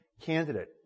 candidate